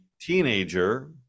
teenager